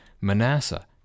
Manasseh